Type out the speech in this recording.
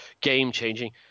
game-changing